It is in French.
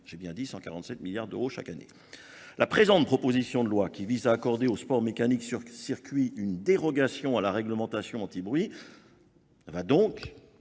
J'ai bien dit 147 milliards d'euros chaque année. La présente proposition de loi qui vise à accorder aux sports mécaniques sur circuit une dérogation à la réglementation anti-bruit va donc